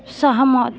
सहमत